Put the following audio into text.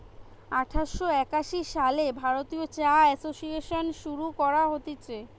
আঠার শ একাশি সালে ভারতীয় চা এসোসিয়েসন শুরু করা হতিছে